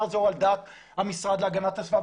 הזה הוא על דעת המשרד להגנת הסביבה,